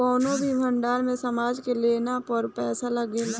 कौनो भी भंडार में सामान के लेला पर पैसा लागेला